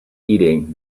eating